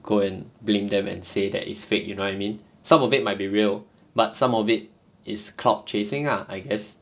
go and blame them and say that it's fake you know what I mean some of it might be real but some of it is clout chasing ah I guess